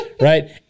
right